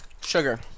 Sugar